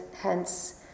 hence